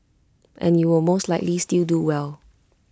and you will most likely still do well